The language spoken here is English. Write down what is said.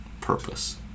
purpose